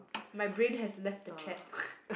my brain has left the chat